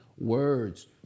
words